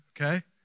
okay